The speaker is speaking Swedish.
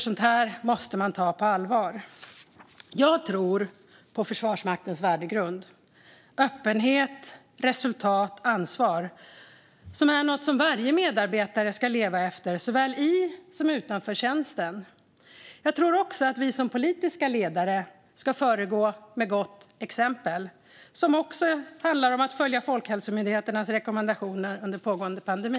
Sådana frågor måste tas på allvar. Jag tror på Försvarsmaktens värdegrund; öppenhet, resultat och ansvar. Det är något som varje medarbetare ska leva efter såväl i som utanför tjänsten. Jag tror också att vi som politiska ledare ska föregå med gott exempel, som också handlar om att följa Folkhälsomyndighetens rekommendationer under pågående pandemi.